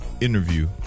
interview